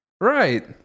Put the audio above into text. Right